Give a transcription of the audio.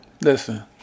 Listen